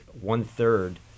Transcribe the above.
one-third